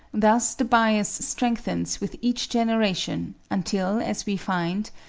thus the bias strengthens with each generation, until, as we find,